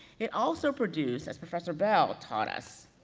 it also produced, as professor bell taught us,